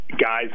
guys